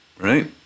right